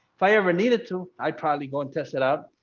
if i ever needed to i'd probably go and test it out.